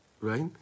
right